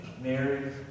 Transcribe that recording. Mary